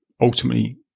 ultimately